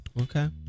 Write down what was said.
Okay